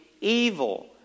evil